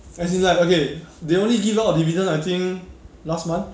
as in like okay they only give out dividend I think last month